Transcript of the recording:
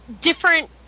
different